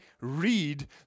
read